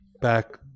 back